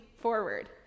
forward